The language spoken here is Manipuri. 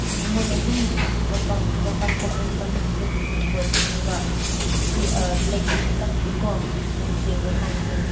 ꯃꯣꯏ ꯑꯗꯨꯝ ꯃꯄꯥꯟ ꯃꯄꯥꯟ ꯊꯣꯛꯐꯝ ꯃꯇꯝꯗ ꯈꯛꯇꯪ ꯎꯕ ꯐꯪꯉꯦꯕ ꯂꯦꯛꯀꯤ ꯃꯊꯛꯇꯥꯀꯣ ꯃꯣꯏꯁꯦ ꯎꯕ ꯐꯪꯒꯅꯤ